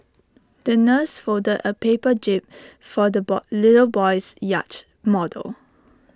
the nurse folded A paper jib for the boy little boy's yacht model